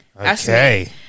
Okay